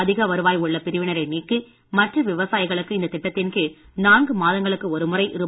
அதிக வருவாய் உள்ள பிரிவினரை நீக்கி மற்ற விவசாயிகளுக்கு இந்தத் திட்டத்தின் கீழ் நான்கு மாதங்களுக்கு ஒருமுறை ரூ